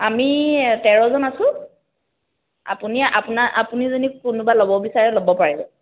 আমি তেৰজন আছোঁ আপুনি আপোনাৰ আপুনি যদি কোনোবা ল'ব বিচাৰে ল'ব পাৰিব